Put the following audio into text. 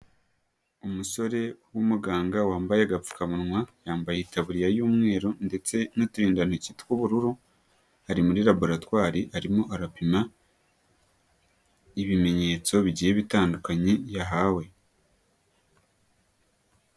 Umusore w'umuganga wambaye agapfukamunwa, yambaye itaburiya y'umweru ndetse n'uturindantoki tw'ubururu, ari muri laboratwari arimo arapima ibimenyetso bigiye bitandukanye yahawe.